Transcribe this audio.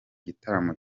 gitaramo